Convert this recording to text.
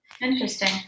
Interesting